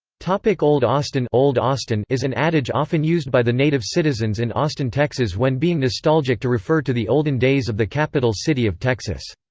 like old austin old austin is an adage often used by the native citizens in austin, texas when being nostalgic to refer to the olden days of the capital city of texas.